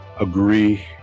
agree